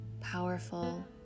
powerful